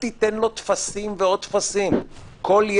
000,